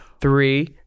Three